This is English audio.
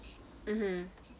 mmhmm